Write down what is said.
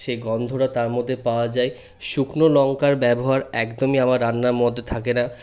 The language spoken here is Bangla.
সেই গন্ধটা তার মধ্যে পাওয়া যায় শুকনো লংকার ব্যবহার একদমই আমার রান্নার মধ্যে থাকে না